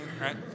right